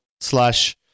slash